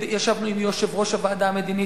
ישבנו עם יושב-ראש הוועדה המדינית,